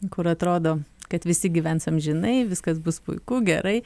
kur atrodo kad visi gyvens amžinai viskas bus puiku gerai